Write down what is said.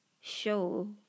show